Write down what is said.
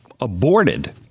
aborted